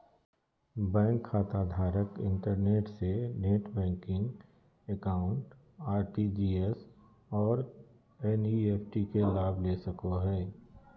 bank खाताधारक internet से net banking account, RTGS और एन.इ.एफ.टी के लाभ ले सको हइ